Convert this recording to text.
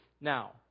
Now